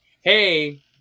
hey